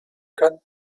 kann